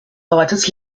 ortes